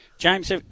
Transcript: James